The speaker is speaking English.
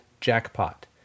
jackpot